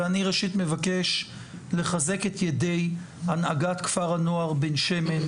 ואני ראשית מבקש לחזק את ידי הנהגת כפר הנוער בן שמן,